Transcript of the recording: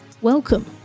Welcome